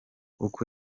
uko